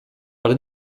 ale